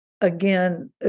again